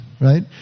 right